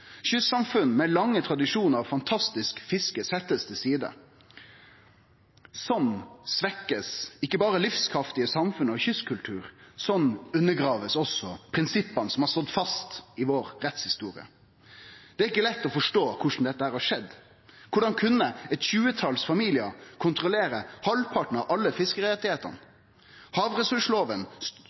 Kystsamfunn med lange tradisjonar og fantastisk fiske blir sette til side. Sånn blir ikkje berre livskraftige samfunn og kystkultur svekte, sånn blir også prinsippa som har stått fast i vår rettshistorie, undergravne. Det er ikkje lett å forstå korleis dette har skjedd. Korleis kan eit tjuetals familiar kontrollere halvparten av alle fiskerettane? Havressursloven